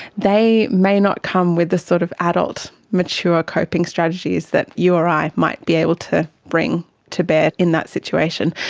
they may not come with sort of adult, mature coping strategies that you or i might be able to bring to bear in that situation,